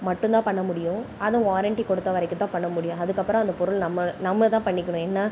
மட்டும் தான் பண்ண முடியும் அதும் வாரெண்ட்டி குடுத்த வரைக்கும் தான் பண்ண முடியும் அதுக்கப்புறம் அந்த பொருள் நம்ம நம்ம தான் பண்ணிக்கணும் என்னா